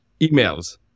emails